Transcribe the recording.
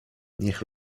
niech